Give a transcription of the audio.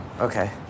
okay